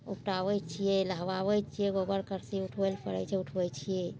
ऊपटाबै छियै नहबाबै छियै गोबर करसी उठबै लए पड़ै छै उठबै छियै